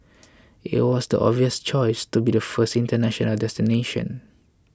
it was the obvious choice to be the first international destination